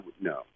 No